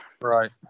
right